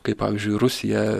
kaip pavyzdžiui rusija